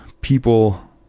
people